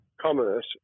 commerce